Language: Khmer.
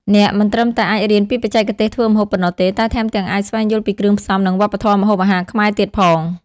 អ្នកមិនត្រឹមតែអាចរៀនពីបច្ចេកទេសធ្វើម្ហូបប៉ុណ្ណោះទេ តែថែមទាំងអាចស្វែងយល់ពីគ្រឿងផ្សំ និងវប្បធម៌ម្ហូបអាហារខ្មែរទៀតផង ។